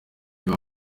baba